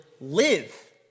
live